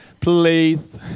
please